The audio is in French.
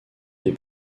des